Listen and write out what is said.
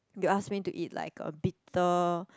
you ask me to eat like a bitter